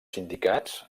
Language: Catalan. sindicats